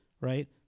right